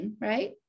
right